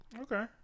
Okay